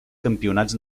campionats